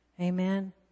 Amen